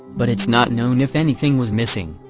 but it's not known if anything was missing.